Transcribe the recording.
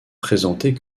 présenter